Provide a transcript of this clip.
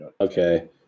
Okay